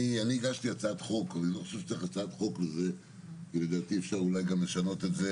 אני הגשתי הצעת חוק ולדעתי אולי אפשר גם לשנות את זה